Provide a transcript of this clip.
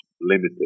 limited